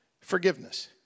Forgiveness